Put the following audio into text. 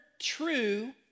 true